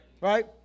right